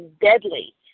deadly